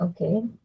Okay